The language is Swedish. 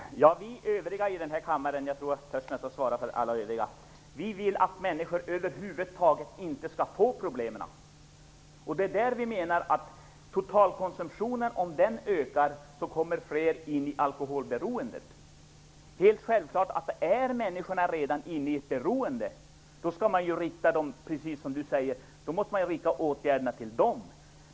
Herr talman! Vi övriga i den här kammaren - jag tror att jag törs svara för alla övriga - vill att människor över huvud taget inte skall få de här problemen. Vi menar att om totalkonsumtionen ökar så kommer fler in i alkoholberoende. Är människor redan inne i ett beroende så är det helt självklart, precis som Annika Jonsell säger, att man skall rikta åtgärderna mot dem.